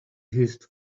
hissed